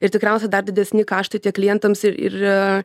ir tikriausiai dar didesni kaštai tiek klientams ir ir